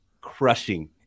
crushing